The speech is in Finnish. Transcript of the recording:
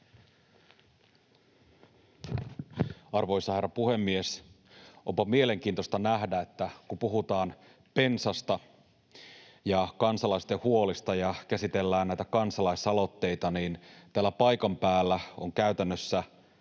Arvoisa herra puhemies! Onpa mielenkiintoista nähdä, että kun puhutaan bensasta ja kansalaisten huolista ja käsitellään näitä kansalaisaloitteita, niin täällä paikan päällä on käytännössä